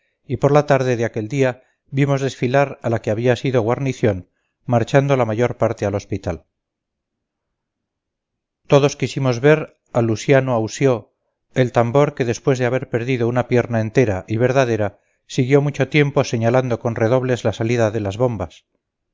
y por la tarde de aquel día vimos desfilar a la que había sido guarnición marchando la mayor parte al hospital todos quisimos ver a luciano aució el tambor que después de haber perdido una pierna entera y verdadera siguió mucho tiempo señalando con redobles la salida de las bombas